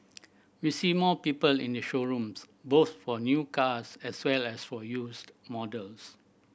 we see more people in the showrooms both for new cars as well as for used models